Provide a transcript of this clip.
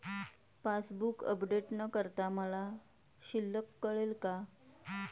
Passbook update न करता मला शिल्लक कळेल का?